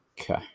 Okay